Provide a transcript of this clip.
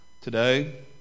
Today